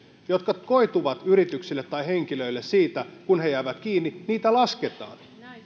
jotka koituvat yrityksille tai henkilöille kun he jäävät kiinni lasketaan